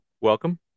welcome